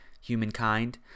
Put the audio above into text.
humankind